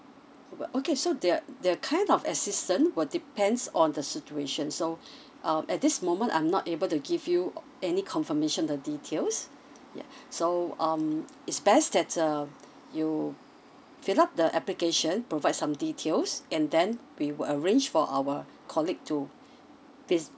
but okay so that that kind of assistant will depend on the situation so um at this moment I'm not able to give you o~ any confirmation the details yeah so um it's best that uh you fill up the application provide some details and then we will arrange for our colleague to vi~